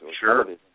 sure